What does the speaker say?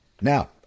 Now